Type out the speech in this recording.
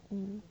嗯